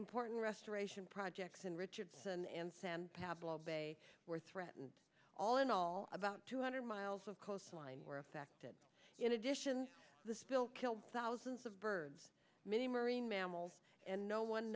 important restoration projects in richardson and san pavlo bay were threatened all in all about two hundred miles of coastline were affected in addition the spill killed thousands of birds many marine mammals and no one